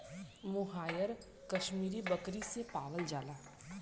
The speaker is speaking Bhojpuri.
मोहायर कशमीरी बकरी से पावल जाला